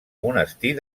monestir